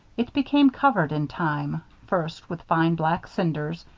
it became covered, in time, first with fine black cinders,